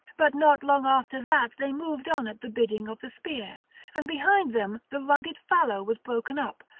but not long after that they moved on at the bidding of the spear and behind them the rugged fallow was broken up,